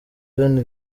veni